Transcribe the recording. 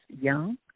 young